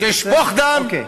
תשפוך דם, אוקיי.